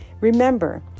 Remember